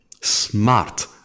smart